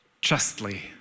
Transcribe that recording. justly